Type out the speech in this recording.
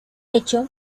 hecho